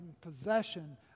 possession